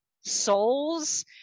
souls